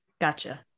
Gotcha